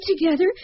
together